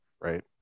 right